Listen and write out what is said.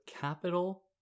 capital